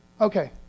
Okay